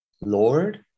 Lord